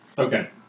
Okay